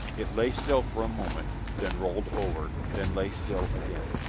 it lay still for a moment then rolled over then lay still again.